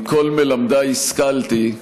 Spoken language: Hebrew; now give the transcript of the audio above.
מכל מלמדיי השכלתי,